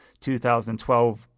2012